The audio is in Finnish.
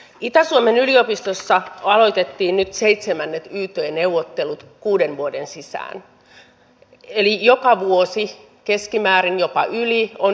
itä suomen yliopistossa aloitettiin nyt seitsemännet yt neuvottelut kuuden vuoden sisään eli joka vuosi keskimäärin jopa yli on yt neuvotteluja käyty